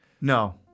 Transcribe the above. No